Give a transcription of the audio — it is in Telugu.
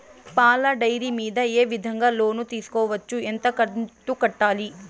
పాల డైరీ మీద ఏ విధంగా లోను తీసుకోవచ్చు? ఎంత కంతు కట్టాలి?